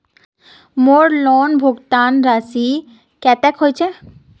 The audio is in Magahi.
मोर लोन भुगतान राशि कतेक होचए?